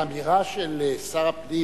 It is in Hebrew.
האמירה של שר הפנים,